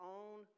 own